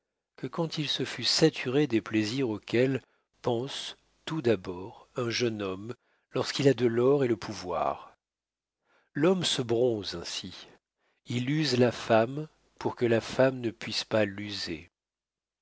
que quand il se fut saturé des plaisirs auxquels pense tout d'abord un jeune homme lorsqu'il a de l'or et le pouvoir l'homme se bronze ainsi il use la femme pour que la femme ne puisse pas l'user